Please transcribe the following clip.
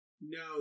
No